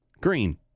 Green